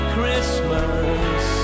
Christmas